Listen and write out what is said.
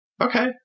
Okay